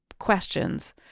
questions